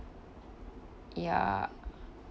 ya